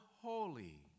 holy